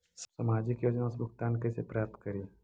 सामाजिक योजना से भुगतान कैसे प्राप्त करी?